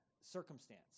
circumstance